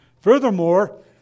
Furthermore